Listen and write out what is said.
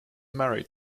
married